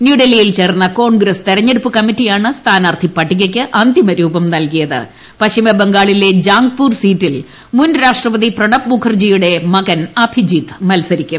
ന്യൂഡൽഹിയിൽ ചേർന്ന കോൺഗ്രസ് തെരഞ്ഞെട്ടുപ്പ് കമ്മിറ്റിയാണ് സ്ഥാനാർഥിപട്ടികയ്ക്ക് അന്തിമ രൂപം നൽകിയിൽ ് പശ്ചിമ ബംഗാളിലെ ജാംഗ്പൂർ സീറ്റിൽ മുൻ രാഷ്ട്രപതി പ്രണബ് മുഖർജിയുടെ മകൻ അഭിജിത് മത്സരിക്കും